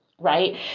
Right